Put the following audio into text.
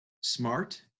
smart